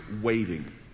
waiting